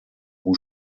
who